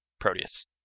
Proteus